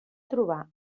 trobar